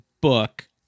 book